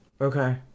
Okay